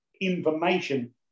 information